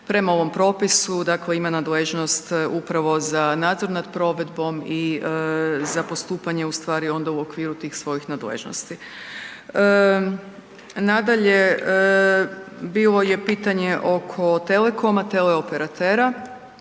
prema ovom propisu dakle ima nadležnost upravo za nadzor nad provedbom i za postupanje ustvari onda u okviru tih svojih nadležnosti. Nadalje, bilo je pitanje oko telekoma, teleoperatera.